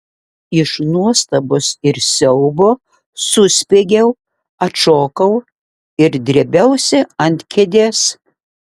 iš nuostabos ir siaubo suspiegiau atšokau ir drėbiausi ant kėdės